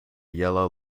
yellow